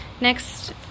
Next